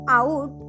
out